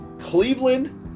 Cleveland